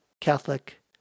Catholic